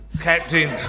Captain